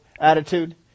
attitude